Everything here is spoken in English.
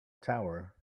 tower